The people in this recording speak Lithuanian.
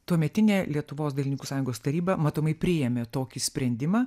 tuometinė lietuvos dailininkų sąjungos taryba matomai priėmė tokį sprendimą